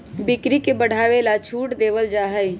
बिक्री के बढ़ावे ला छूट देवल जाहई